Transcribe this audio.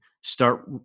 start